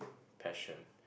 passion